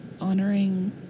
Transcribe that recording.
honoring